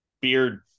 beard